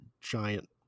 giant